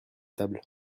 table